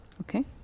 Okay